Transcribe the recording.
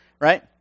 Right